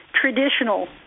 traditional